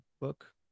book